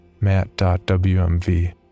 Matt.wmv